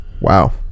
wow